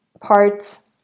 parts